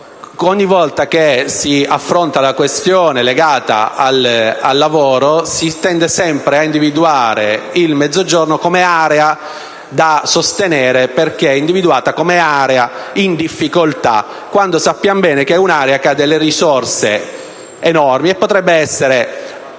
ogni volta che si affronta la questione legata al lavoro, si tende sempre ad individuare il Mezzogiorno come area da sostenere perché individuata come area in difficoltà, quando sappiamo bene che è un'area che ha delle risorse enormi e potrebbe essere